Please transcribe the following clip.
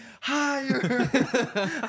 higher